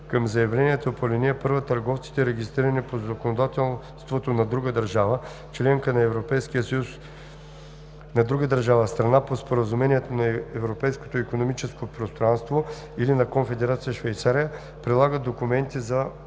Към заявлението по ал. 1 търговците, регистрирани по законодателството на друга държава – членка на Европейския съюз, на друга държава – страна по Споразумението за Европейското икономическо пространство, или на Конфедерация Швейцария, прилагат документи за